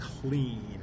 clean